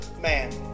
man